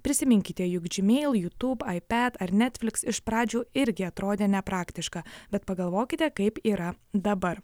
prisiminkite juk gmail youtube ipad ar netflix iš pradžių irgi atrodė nepraktiška bet pagalvokite kaip yra dabar